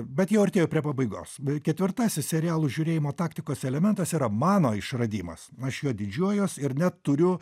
bet jau artėju prie pabaigos ketvirtasis serialų žiūrėjimo taktikos elementas yra mano išradimas aš juo didžiuojuos ir net turiu